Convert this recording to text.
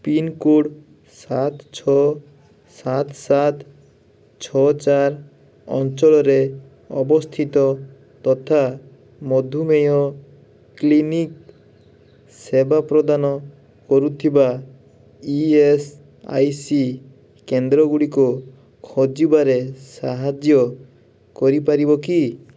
pincode ସାତ ଛଅ ସାତ ସାତ ଛଅ ଚାରି ଅଞ୍ଚଳରେ ଅବସ୍ଥିତ ତଥା ମଧୁମେହ କ୍ଲିନିକ୍ ସେବା ପ୍ରଦାନ କରୁଥିବା ଇ ଏସ୍ ଆଇ ସି କେନ୍ଦ୍ର ଗୁଡ଼ିକ ଖୋଜିବାରେ ସାହାଯ୍ୟ କରିପାରିବ କି